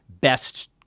best